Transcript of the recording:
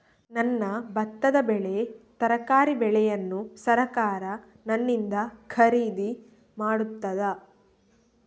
ನನ್ನ ಭತ್ತದ ಬೆಳೆ, ತರಕಾರಿ ಬೆಳೆಯನ್ನು ಸರಕಾರ ನನ್ನಿಂದ ಖರೀದಿ ಮಾಡುತ್ತದಾ?